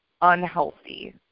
unhealthy